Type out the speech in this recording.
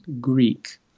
Greek